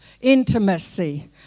intimacy